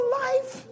life